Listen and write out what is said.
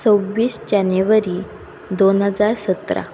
सव्वीस जानेवरी दोन हजार सतरा